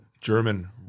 German